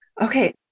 Okay